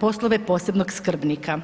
poslove posebnog skrbnika.